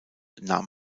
nahm